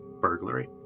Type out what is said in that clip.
burglary